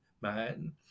man